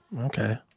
Okay